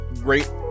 great